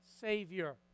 Savior